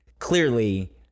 clearly